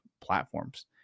platforms